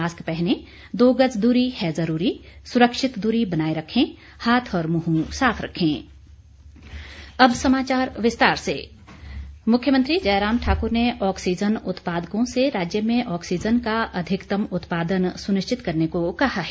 mask पहनें दो गज दूरी है जरूरी सुरक्षित दूरी बनाये रखें हाथ और मुंह साफ रखें मुख्यमंत्री मुख्यमंत्री जयराम ठाक्र ने ऑक्सीजन उत्पादकों से राज्य में ऑक्सीजन का अधिकतम उत्पादन सुनिश्चित करने को कहा है